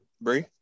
Brie